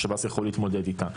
ששב"ס יכול להתמודד איתה.